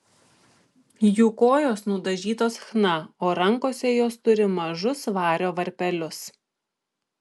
jų kojos nudažytos chna o rankose jos turi mažus vario varpelius